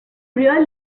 real